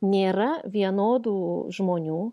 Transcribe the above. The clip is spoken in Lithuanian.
nėra vienodų žmonių